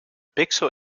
pixel